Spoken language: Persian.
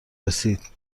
رسید